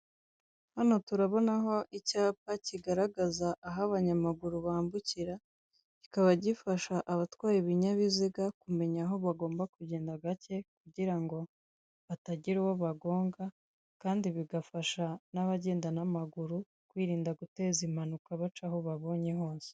Hano turabonaho icyapa kigaragaza aho abanyamaguru bambukira, kikaba gifasha abatwaye ibinyabiziga kumenya aho bagomba kugenda gake kugirango batagira uwo bagonga. Kandi bigafasha n'abagenda n'amaguru kwirinda guteza impanuka baca aho babonye hose.